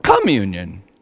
communion